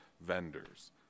vendors